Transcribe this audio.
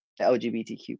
LGBTQ